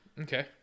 Okay